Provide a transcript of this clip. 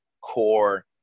core